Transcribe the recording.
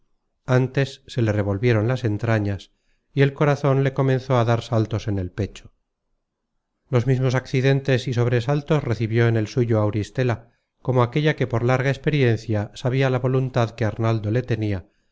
antes se le revolvieron las entrañas y el corazon le comenzó á dar saltos en el pecho los mismos accidentes y sobresaltos recibió en el suyo auristela como aquella que por larga experiencia sabia la voluntad que arnaldo le tenia